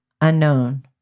unknown